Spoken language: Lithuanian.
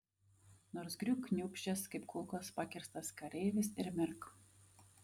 nors griūk kniūbsčias kaip kulkos pakirstas kareivis ir mirk